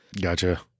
Gotcha